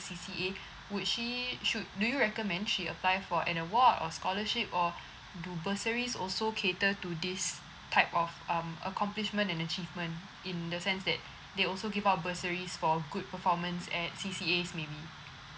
C_C_A would she should do you recommend she apply for an award or scholarship or do bursaries also cater to these type of um accomplishment and achievement in the sense that they also give out bursaries for good performance at C_C_A's maybe